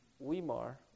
Weimar